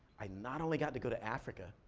i not only got to go to africa,